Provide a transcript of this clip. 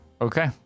Okay